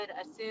assume